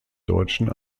deutschen